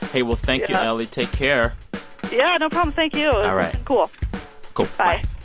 hey, well, thank you, ellie. take care yeah, no problem. thank you all right cool cool bye